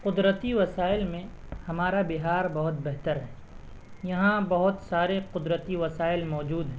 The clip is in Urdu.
قدرتی وسائل میں ہمارا بہار بہت بہتر ہے یہاں بہت سارے قدرتی وسائل موجود ہیں